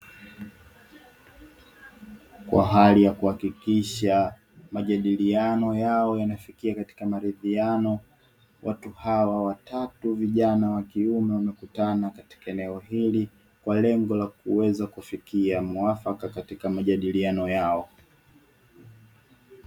Kwa hali ya kuhakikisha majadiliano yao yanafikia katika maridhiano watu hawa watatu vijana wa kiume wamekutana katika eneo hili, kwa lengo la kuweza kufikia muafaka katika majadiliano yao.